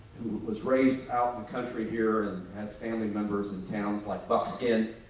was raised out in the country here and has family members in towns like bucksin,